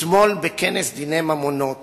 אתמול, בכנס דיני ממונות